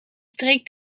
streek